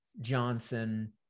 johnson